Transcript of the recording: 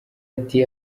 ati